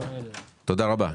תודה רבה.